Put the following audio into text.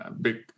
big